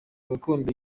gakondo